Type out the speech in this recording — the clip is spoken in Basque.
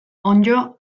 onddo